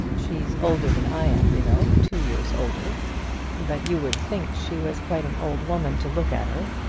she's older than i am, you know two years older but you would think she was quite an old woman to look at her.